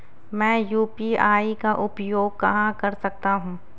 मैं यू.पी.आई का उपयोग कहां कर सकता हूं?